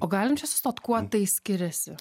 o galim čia sustot kuo tai skiriasi